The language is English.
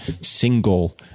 single